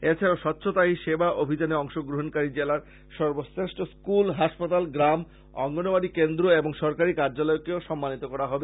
এছাড়া ও স্বচ্ছগহি সেবা অভিযাবে অংশগ্রহনকারী জেলার সর্বশেষ্ঠ স্কুল হাসপাতাল গ্রাম অঙ্গনওয়ারী কেন্দ্র এবং সরকারী কার্য্যালয়কেও সম্মানিত করা হবে